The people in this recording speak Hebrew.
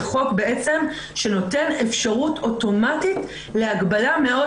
זה חוק שנותן אפשרות אוטומטית להגבלה מאוד